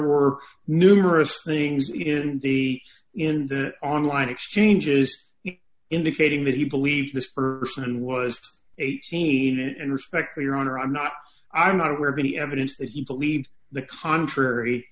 were numerous things in the in the online exchanges indicating that he believed this person was eighteen and respect your honor i'm not i am not aware of any evidence that he believed the contrary